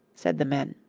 said the men.